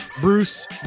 Bruce